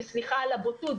וסליחה על הבוטות,